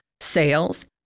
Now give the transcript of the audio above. sales